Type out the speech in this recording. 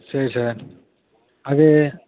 சரி சார் அது